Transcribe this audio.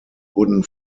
wurden